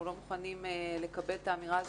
אנחנו לא מוכנים לקבל את האמירה הזו,